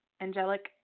angelic